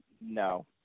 no